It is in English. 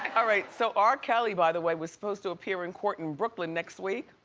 right, so r. kelly, by the way, was supposed to appear in court in brooklyn next week.